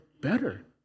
better